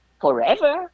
forever